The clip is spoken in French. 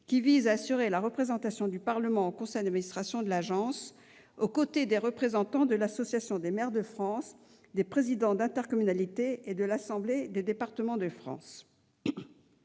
qui vise à assurer la représentation du Parlement au conseil d'administration de l'agence, aux côtés de représentants de l'Association des maires de France et des présidents d'intercommunalité et de l'Assemblée des départements de France.